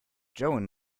joan